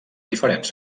diferents